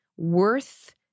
worth